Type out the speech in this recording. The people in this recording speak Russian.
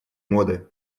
моды